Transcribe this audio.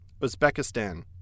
Uzbekistan